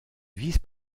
vice